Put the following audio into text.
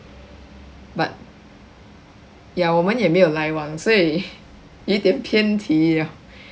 but ya 我们也没有来往所以有一点偏题 liao